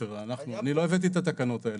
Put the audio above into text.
אני לא הבאתי את התקנות האלה.